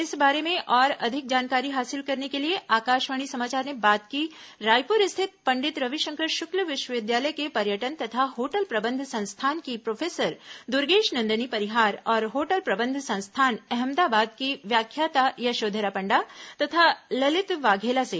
इस बारे में और अधिक जानकारी हासिल करने के लिए आकाशवाणी समाचार ने बात की रायपुर स्थित पंडित रविशंकर शुक्ल विश्वविद्यालय के पर्यटन तथा होटल प्रबंध संस्थान की प्रोफेसर दुर्गेश नंदनी परिहार और होटल प्रबंध संस्थान अहमदाबाद की व्याख्याता यशोधरा पंडा तथा ललित वाघेला से